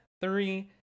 three